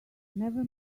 never